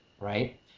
right